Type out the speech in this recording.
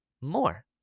more